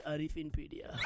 Arifinpedia